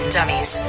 Dummies